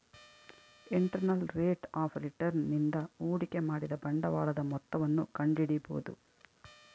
internal rate of return ನಿಂದ ಹೂಡಿಕೆ ಮಾಡಿದ ಬಂಡವಾಳದ ಮೊತ್ತವನ್ನು ಕಂಡಿಡಿಬೊದು